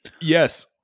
Yes